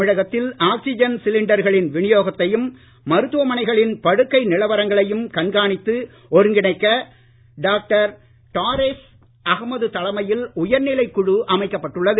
தமிழகத்தில் ஆக்ஸிஜன் சிலிண்டர்களின் விநியோகத்தையும் மருத்துவமனைகளின் படுக்கை நிலவரங்களையும் கண்காணித்து ஒருங்கிணைக்க டாக்டர் டாரேஸ் அகமது தலைமையில் உயர்நிலைக் குழு அமைக்கப்பட்டுள்ளது